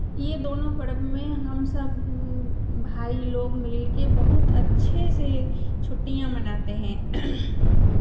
ये दोनों पर्व में हमसब भाई लोग मिल के बहुत अच्छे से छुट्टियाँ मनाते हैं